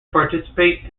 participate